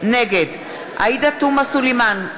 נגד עאידה תומא סלימאן,